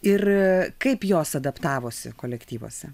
ir kaip jos adaptavosi kolektyvuose